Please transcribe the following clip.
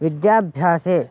विद्याभ्यासे